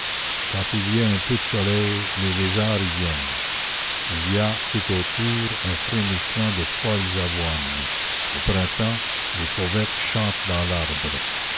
quand il y a un peu de soleil les lézards y viennent il y a tout autour un frémissement de folles avoines au printemps les fauvettes chantent dans l'arbre